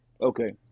Okay